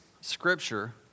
scripture